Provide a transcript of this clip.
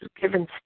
given